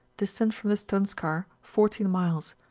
distant fh m the stoneskar fourteen miles,